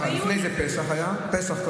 לפני זה היה פסח.